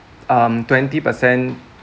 um twenty percent